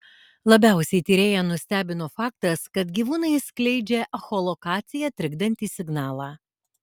labiausiai tyrėją nustebino faktas kad gyvūnai skleidžia echolokaciją trikdantį signalą